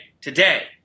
today